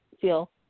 feel